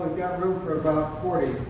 got room for about forty,